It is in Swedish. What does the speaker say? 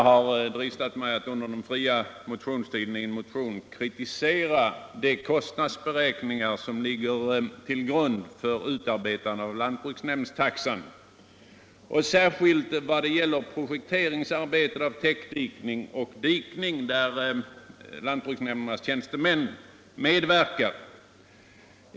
Herr talman! Jag har under den fria motionstiden dristat mig till att i en motion kritisera de kostnadsberäkningar som ligger till grund för lantbruksnämndstaxan, särskilt när det gäller projekteringsarbeten vid täckdikning och dikning där lantbruksnämndernas tjänstemän medverkar.